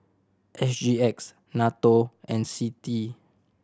S G X NATO and CITI